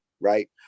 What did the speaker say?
Right